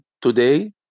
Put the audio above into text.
today